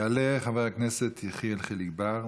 יעלה חבר הכנסת יחיאל חיליק בר.